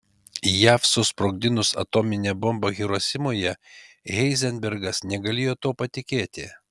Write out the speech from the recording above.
jav susprogdinus atominę bombą hirosimoje heizenbergas negalėjo tuo patikėti